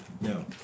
No